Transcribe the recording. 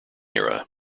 era